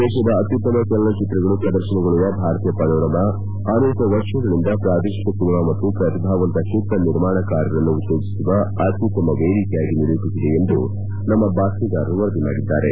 ದೇತದ ಅತ್ಯುತ್ತಮ ಚಲನಚಿತ್ರಗಳು ಪ್ರದರ್ಶನಗೊಳ್ಳುವ ಭಾರತೀಯ ಪನೋರಮಾ ಅನೇಕ ವರ್ಷಗಳಿಂದ ಪ್ರಾದೇಶಿಕ ಸಿನಿಮಾ ಮತ್ತು ಪ್ರತಿಭಾವಂತ ಚಿತ್ರ ನಿರ್ಮಾಣಕಾರರನ್ನು ಉತ್ತೇಜಿಸುವ ಅತ್ಯುತ್ತಮ ವೇದಿಕೆಯಾಗಿ ನಿರೂಪಿಸಿದೆ ಎಂದು ನಮ್ನ ಬಾತ್ತೀದಾರರು ವರದಿ ಮಾಡಿದ್ದಾರೆ